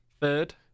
Third